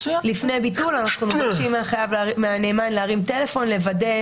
לפני ביטול אנחנו מבקשים מהנאמן להרים טלפון ולוודא.